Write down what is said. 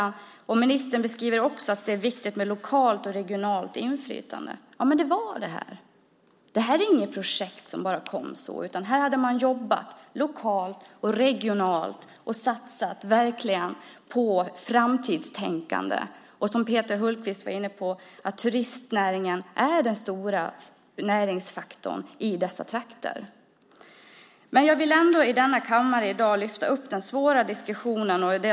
Ministern säger också att det är viktigt med lokalt och regionalt inflytande. Projektet Tre toppar handlade om just det. Det var inget projekt som kom av sig självt, utan man hade jobbat lokalt och regionalt och verkligen satsat på framtidstänkandet. Och precis som Peter Hultqvist var inne på är turistnäringen den stora näringsfaktorn i dessa trakter. Jag vill därför i dag lyfta upp denna svåra diskussion i kammaren.